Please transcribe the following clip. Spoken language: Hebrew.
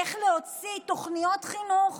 איך להוציא תוכניות חינוך